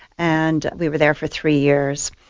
and we were there for three years.